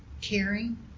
caring